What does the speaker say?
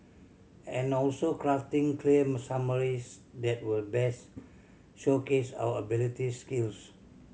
and also crafting clear summaries that will best showcase our abilities skills